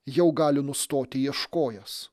jau gali nustoti ieškojęs